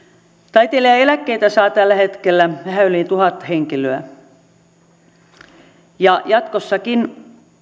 taiteilijaeläkettä saa tällä hetkellä vähän yli tuhat henkilöä jatkossakin